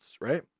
right